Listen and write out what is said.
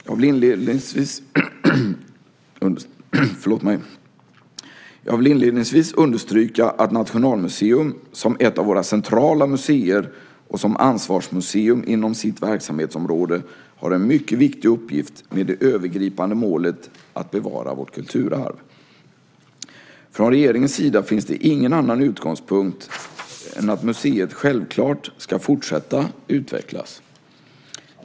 Jag vill inledningsvis understryka att Nationalmuseum, som ett av våra centrala museer och som ansvarsmuseum inom sitt verksamhetsområde, har en mycket viktig uppgift med det övergripande målet att bevara vårt kulturarv. Från regeringens sida finns det ingen annan utgångspunkt än att museet självklart ska fortsätta utvecklas.